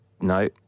No